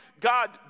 God